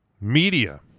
Media